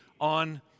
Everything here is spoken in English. on